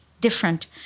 different